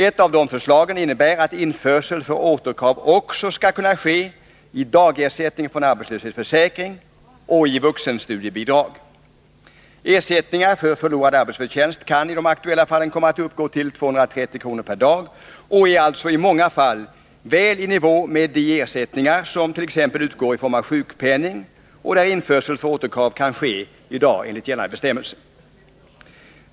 Ett av dessa förslag innebär att införsel för återkrav också skall kunna ske i dagersättning från arbetslöshetsförsäkring och i vuxenstudiebidrag. Ersättningar för förlorad arbetsförtjänst kan i de aktuella fallen komma att uppgå till 230 kr. per dag och är alltså i många fall väl i nivå med de ersättningar som t.ex. utgår i form av sjukpenning, där införsel för återkrav kan ske enligt nu gällande bestämmelser.